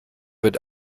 wird